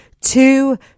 two